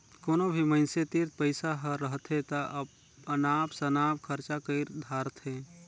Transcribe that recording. कोनो भी मइनसे तीर पइसा हर रहथे ता अनाप सनाप खरचा कइर धारथें